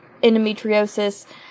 endometriosis